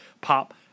pop